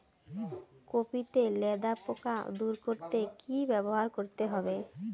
Copy তে লেদা পোকা দূর করতে কি ব্যবহার করতে হবে?